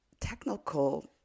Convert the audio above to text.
technical